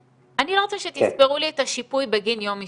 אני לא רוצה שתספרו לי את השיפוי בגין יום אשפוז,